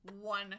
one